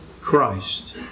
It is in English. Christ